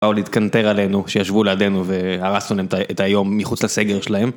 באו להתקנטר עלינו שישבו לידינו והרסנו להם את היום מחוץ לסגר שלהם.